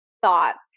thoughts